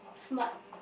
smart